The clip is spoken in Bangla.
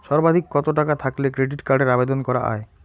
সর্বাধিক কত টাকা থাকলে ক্রেডিট কার্ডের আবেদন করা য়ায়?